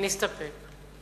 נסתפק.